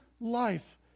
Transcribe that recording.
life